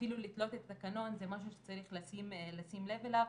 אפילו לתלות תקנון זה משהו שצריך לשים לב אליו.